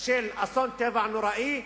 של אסון טבע נוראי,